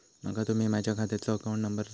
माका तुम्ही माझ्या खात्याचो अकाउंट नंबर सांगा?